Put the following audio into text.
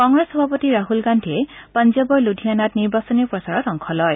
কংগ্ৰেছ সভাপতি ৰাছল গান্ধীয়ে পাঞ্জাবৰ লুধিয়ানাত নিৰ্বাচনী প্ৰচাৰত অংশ লয়